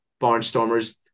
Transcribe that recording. Barnstormers